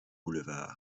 boulevard